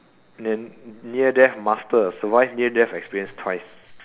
then near death master survive near death experience twice